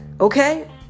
Okay